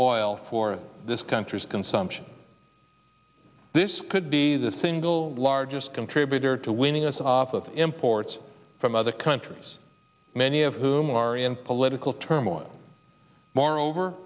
oil for this country's consumption this could be the thing gl largest contributor to winning us off with imports from other countries many of whom are in political turmoil moreover